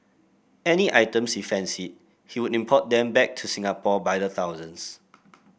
any items he fancied he would import them back to Singapore by the thousands